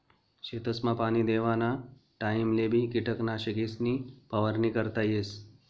शेतसमा पाणी देवाना टाइमलेबी किटकनाशकेसनी फवारणी करता येस